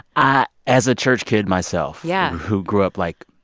ah as a church kid myself. yeah. who grew up, like,